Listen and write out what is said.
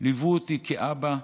ליווה אותי כאבא,